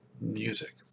music